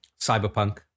cyberpunk